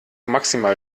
maximal